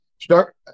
start